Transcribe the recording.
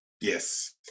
Yes